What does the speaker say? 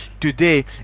Today